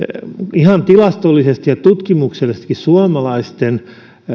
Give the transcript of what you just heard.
ihan tilastollisesti ja tutkimuksellisestikin suomalaisten